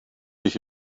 ich